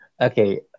Okay